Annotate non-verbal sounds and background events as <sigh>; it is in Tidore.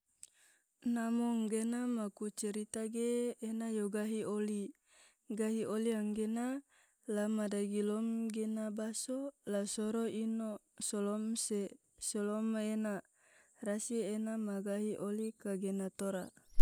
namo nggena maku cerita ge ena yo gahi oli, gahi oli anggena la ma dagilom gena baso la soro ino solom se solom ma ena, rasi ena ma gahi oli kagena tora. <noise>